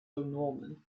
norman